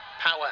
power